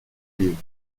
livre